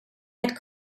had